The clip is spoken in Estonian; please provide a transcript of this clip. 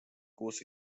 kuus